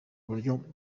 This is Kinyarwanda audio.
uburyo